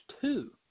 two